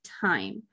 time